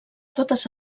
totes